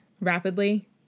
rapidly